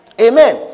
Amen